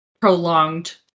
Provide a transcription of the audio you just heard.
prolonged